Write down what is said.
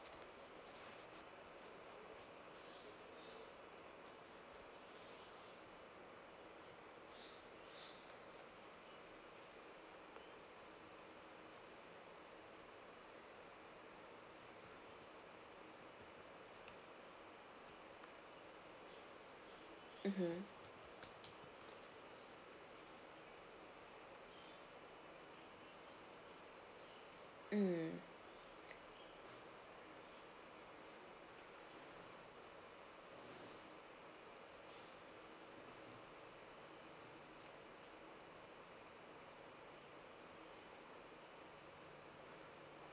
mmhmm mm